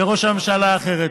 וראש הממשלה אחרת.